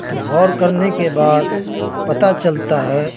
تو غور کرنے کے بعد پتا چلتا ہے